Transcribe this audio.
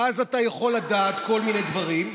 ואז אתה יכול לדעת כל מיני דברים.